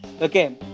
Okay